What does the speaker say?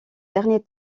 derniers